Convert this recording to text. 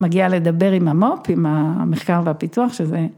‫מגיע לדבר עם המו"פ, ‫עם המחקר והפיתוח שזה...